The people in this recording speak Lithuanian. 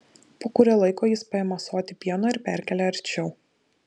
po kurio laiko jis paima ąsotį pieno ir perkelia arčiau